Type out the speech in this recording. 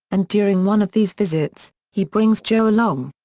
and during one of these visits, he brings joe along.